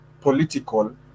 political